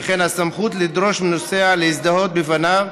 וכן הסמכות לדרוש מנוסע להזדהות בפניו,